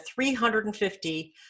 350